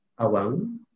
Awang